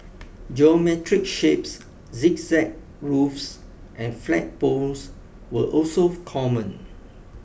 geometric shapes zigzag roofs and flagpoles were also common